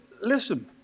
listen